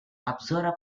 обзора